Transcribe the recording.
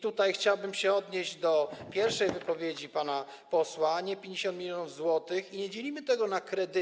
Tutaj chciałbym się odnieść do pierwszej wypowiedzi pana posła: nie 50 mln zł i nie dzielimy tego na kredyty.